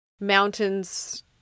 mountains